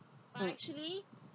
mm